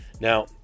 Now